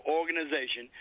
organization